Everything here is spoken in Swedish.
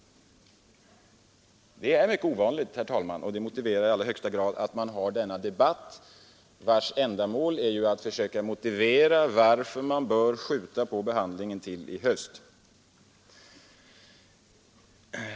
Det är mycket ovanligt, herr talman, och det motiverar i allra högsta grad att vi har denna debatt, vars ändamål är att försöka motivera varför vi bör skjuta på behandlingen till i höst.